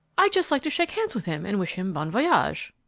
i'd just like to shake hands with him and wish him bon voyage.